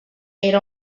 era